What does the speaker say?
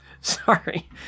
Sorry